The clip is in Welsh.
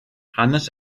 hanes